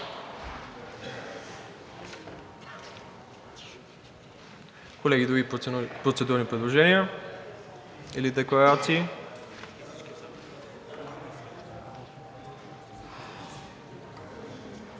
Колеги, други процедурни предложения или декларации?